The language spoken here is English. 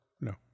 No